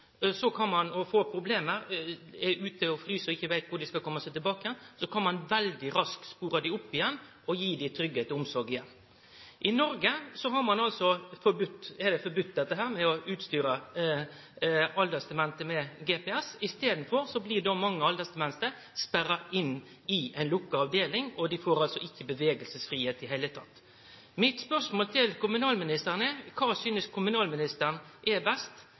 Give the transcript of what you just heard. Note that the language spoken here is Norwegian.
er dei ute og frys og ikkje veit korleis dei skal kome seg tilbake – kan ein veldig raskt spore dei opp igjen og gi dei tryggleik og omsorg. I Noreg er det altså forbode å utstyre aldersdemente med GPS. I staden blir mange aldersdemente sperra inne i ei lukka avdeling. Dei får ikkje bevegelsesfridom i det heile. Mitt spørsmål til kommunalministeren er: Kva synest kommunalministeren er best?